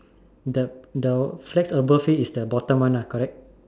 the the flag above it is the bottom one ah correct